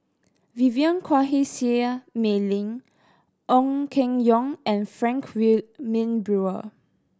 Vivien Quahe Seah Mei Lin Ong Keng Yong and Frank Wilmin Brewer